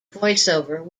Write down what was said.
voiceover